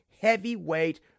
heavyweight